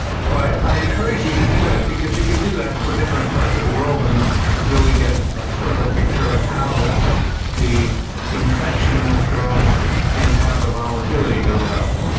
so i encourage you to do that because you can do that for different parts of the world and really get sort of a picture of how the the infection has grown and how the volatility goes up.